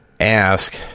ask